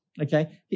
Okay